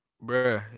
Bro